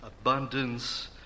abundance